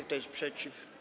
Kto jest przeciw?